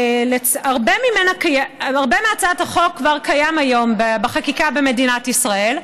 הרבה מהצעת החוק כבר קיים היום בחקיקה במדינת ישראל,